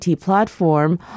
platform